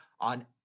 on